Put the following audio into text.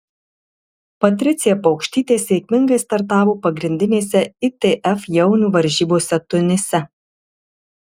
patricija paukštytė sėkmingai startavo pagrindinėse itf jaunių varžybose tunise